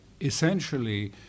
Essentially